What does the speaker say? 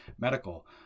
medical